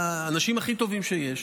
האנשים הכי טובים שיש.